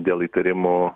dėl įtarimų